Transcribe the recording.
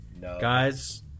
Guys